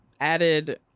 added